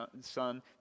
Son